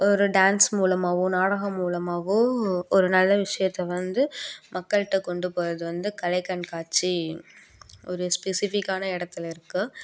ஒரு டான்ஸ் மூலமாகவோ நாடகம் மூலமாகவோ ஒரு நல்ல விஷயத்தை வந்து மக்கள்ட்ட கொண்டு போகிறது வந்து கலை கண்காட்சி ஒரு ஸ்பெசிஃபிக்கான இடத்துல இருக்குது